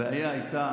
הבעיה הייתה